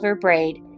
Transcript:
braid